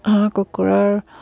হাঁহ কুকুৰাৰ